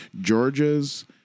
Georgia's